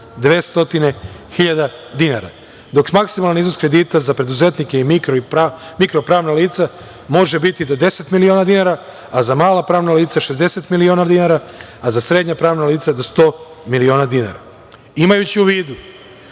200.000 dinara. Dok maksimalni iznos kredita za preduzetnike i mikro pravna lica može biti do 10 miliona dinara, a za mala pravna lica 60 miliona dinara, a za srednja pravna lica do 100 miliona dinara. Imajući u vidu